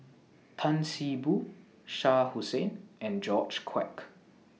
Tan See Boo Shah Hussain and George Quek